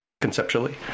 conceptually